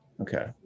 Okay